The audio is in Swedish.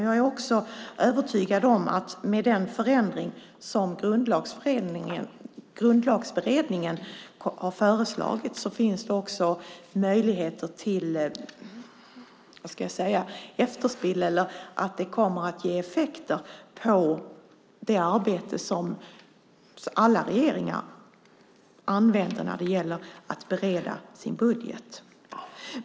Jag är övertygad om att det med den förändring som Grundlagsutredningen har föreslagit också finns möjligheter att detta kommer att ge effekter på det arbete som alla regeringar använder när det gäller att bereda sin budget.